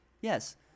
Yes